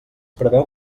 preveu